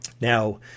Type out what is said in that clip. now